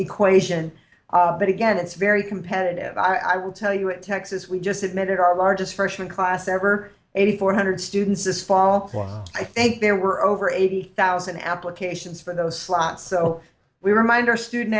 equation but again it's very competitive i will tell you it texas we just submitted our largest freshman class ever eighty four hundred students this fall i think there were over eighty thousand applications for those slots so we remind our student